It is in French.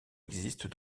existent